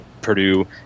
Purdue